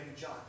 John